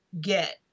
get